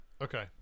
Okay